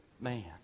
man